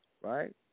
right